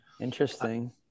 Interesting